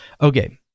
Okay